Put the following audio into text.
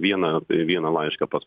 vieną vieną laišką pas